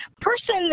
person